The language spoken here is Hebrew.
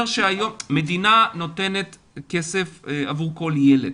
המדינה נותנת כסף עבור כל ילד.